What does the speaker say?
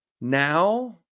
Now